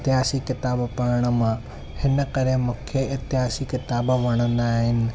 इतिहास जी किताबु पढ़ण मां हिन करे मूंखे इतिहास जी किताब वणंदा आहिनि